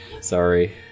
Sorry